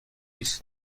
است